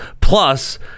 plus